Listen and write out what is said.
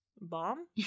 bomb